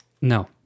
No